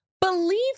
Believe